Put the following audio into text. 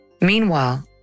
Meanwhile